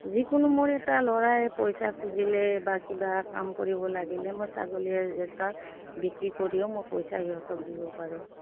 যিকোনো মোৰ এটা ল'ৰাই পইচা খুজিলে বা কিবা কাম কৰিব লাগিলে মই ছাগলীয়ে এটা বিক্ৰী কৰিও মই পইচা সিহঁতক দিব পাৰোঁ